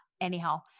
anyhow